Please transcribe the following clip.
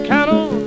Cattle